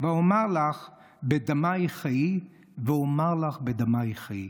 ואמר לך בדמיך חיי ואמר לך בדמיך חיי".